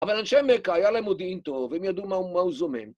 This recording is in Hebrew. אבל אנשי מכה היה להם מודיעין טוב, הם ידעו מה הוא זומם.